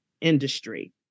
industry